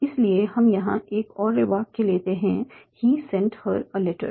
इसलिए हम यहां एक और वाक्य लेते हैं 'he sent her a letter'